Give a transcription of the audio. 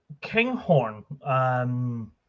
Kinghorn